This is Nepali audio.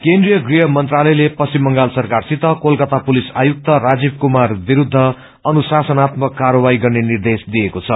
केन्द्रिय गृह मन्त्रालयले पश्चिम बंगाल सरकारसित कोलकाता पुलिस आयुक्त राजीव कुमार विरूद्ध अनुशासनात्मक रं कार्यवाही गर्नु भनेको छ